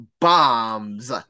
Bombs